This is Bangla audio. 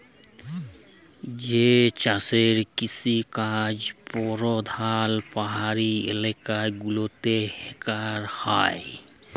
যে চাষের কিসিকাজ পরধাল পাহাড়ি ইলাকা গুলাতে ক্যরা হ্যয়